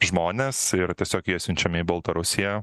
žmones ir tiesiog jie siunčiami į baltarusiją